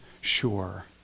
sure